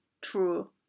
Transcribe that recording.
true